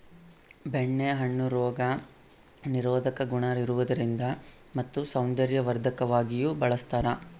ಬೆಣ್ಣೆ ಹಣ್ಣು ರೋಗ ನಿರೋಧಕ ಗುಣ ಇರುವುದರಿಂದ ಮತ್ತು ಸೌಂದರ್ಯವರ್ಧಕವಾಗಿಯೂ ಬಳಸ್ತಾರ